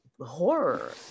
horror